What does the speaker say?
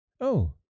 Oh